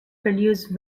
produce